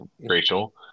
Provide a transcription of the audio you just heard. Rachel